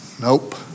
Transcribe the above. Nope